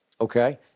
Okay